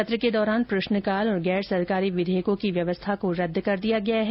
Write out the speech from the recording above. सत्र के दौरान प्रश्नकाल और गैर सरकारी विधेयकों की व्यवस्था को रद्द कर दिया गया है